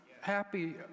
Happy